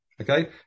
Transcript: Okay